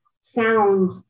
sound